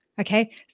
Okay